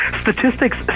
Statistics